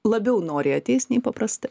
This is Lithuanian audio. labiau noriai ateis nei paprastai